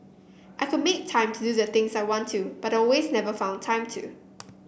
I could make time to do the things I want to but always never found time to